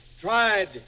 tried